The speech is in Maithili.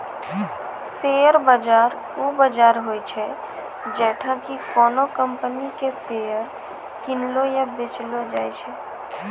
शेयर बाजार उ बजार होय छै जैठां कि कोनो कंपनी के शेयर किनलो या बेचलो जाय छै